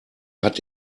hat